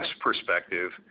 perspective